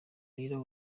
raila